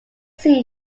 seen